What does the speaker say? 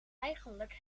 eigenlijk